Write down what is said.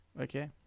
Okay